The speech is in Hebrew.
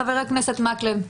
חבר הכנסת אורי מקלב.